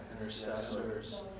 intercessors